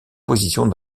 positions